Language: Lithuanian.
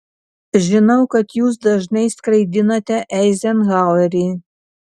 žinau kad jūs dažnai skraidinate eizenhauerį